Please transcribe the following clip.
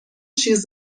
چیز